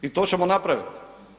I to ćemo napraviti.